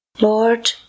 Lord